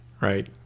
right